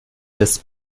des